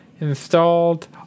installed